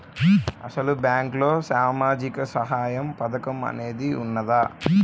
అసలు బ్యాంక్లో సామాజిక సహాయం పథకం అనేది వున్నదా?